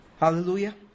Hallelujah